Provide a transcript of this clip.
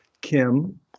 Kim